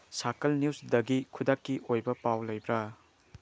ꯁꯥꯔꯀꯜ ꯅ꯭ꯌꯨꯁꯇꯒꯤ ꯈꯨꯗꯛꯀꯤ ꯑꯣꯏꯕ ꯄꯥꯎ ꯂꯩꯕ꯭ꯔꯥ